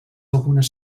algunes